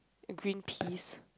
green peas